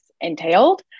entailed